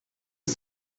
ist